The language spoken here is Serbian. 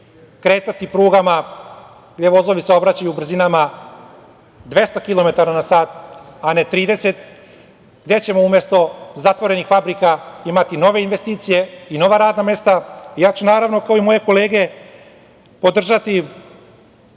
kretati prugama gde vozovi saobraćaju brzinama 200 kilometara na sat, a ne 30, gde ćemo umesto zatvorenih fabrika imati nove investicije i nova radna mesta. Ja ću, naravno, kao i moje kolege, podržati